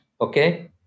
okay